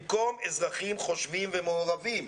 במקום אזרחים חושבים ומעורבים,